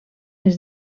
les